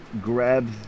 grabs